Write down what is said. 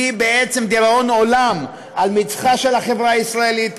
היא בעצם לדיראון עולם על מצחה של החברה הישראלית,